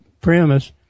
premise